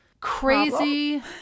crazy